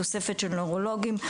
תוספת של נוירולוגים,